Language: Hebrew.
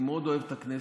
אני מאוד אוהב את הכנסת,